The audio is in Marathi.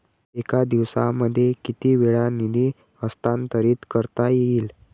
एका दिवसामध्ये किती वेळा निधी हस्तांतरीत करता येईल?